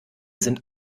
sind